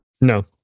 No